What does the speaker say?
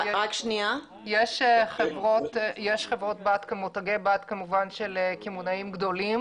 יש חברות בת כמותגי בת של קמעונאים גדולים